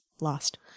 lost